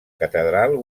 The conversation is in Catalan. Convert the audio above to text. catedral